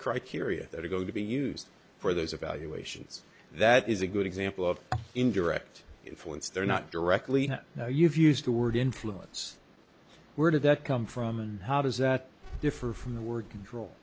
criteria that are going to be used for those about you ations that is a good example of indirect influence there not directly you've used the word influence where did that come from and how does that differ from the word control